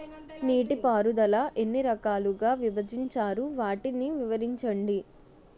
నీటిపారుదల ఎన్ని రకాలుగా విభజించారు? వాటి వివరించండి?